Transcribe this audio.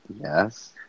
yes